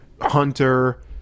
Hunter